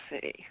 see